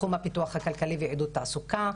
תחום הפיתוח הכלכלי ותעסוקה,